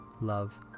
love